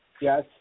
Yes